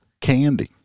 candy